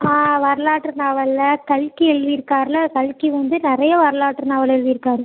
ஆ வரலாற்று நாவலில் கல்கி எழுதியிருக்காருல கல்கி வந்து நிறைய வரலாற்று நாவல் எழுதியிருக்காரு